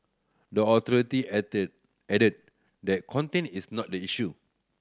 the authority added added that content is not the issue